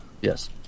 Yes